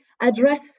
address